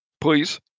please